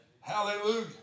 Hallelujah